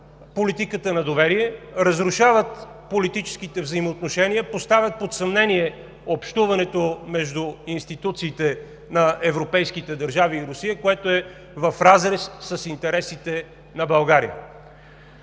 политиката на доверие, разрушават политическите взаимоотношения, поставят под съмнение общуването между институциите на европейските държави и Русия, което е в разрез с интересите на България.